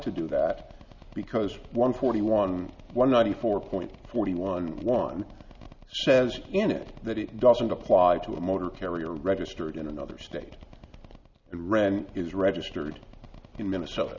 to do that because one forty one one ninety four point forty one one says in it that it doesn't apply to a motor carrier registered in another state and rent is registered in minnesota